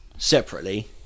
Separately